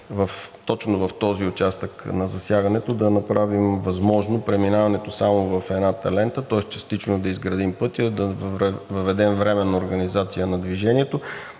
точно в този участък засягането и да направим възможно преминаването само в едната лента, тоест частично да изградим пътя, да въведем временна организация на движението